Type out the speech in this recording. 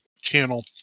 channel